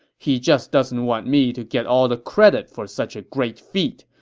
he just doesn't want me to get all the credit for such a great feat,